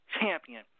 champion